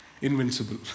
invincible